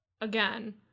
again